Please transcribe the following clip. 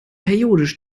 periodisch